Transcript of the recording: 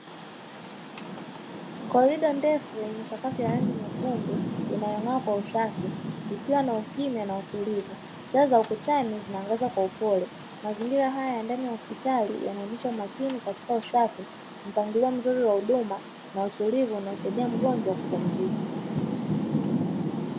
Korido ndefu yenye sakafu ya rangi nyekundu inayong’aa kwa usafi, ikiwa na ukimya na utulivu, taa za ukutani zikiangaza kwa upole. Mazingira haya ya ndani ya hospitali yanaonesha umakini katika usafi, mpangilio mzuri wa huduma na utulivu unaomsaidia mgonjwa kupumzika.